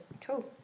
cool